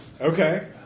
Okay